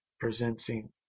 presenting